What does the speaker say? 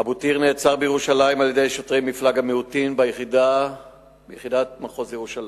אבו טיר נעצר בירושלים על-ידי שוטרי מפלג המיעוטים ביחידת מחוז ירושלים.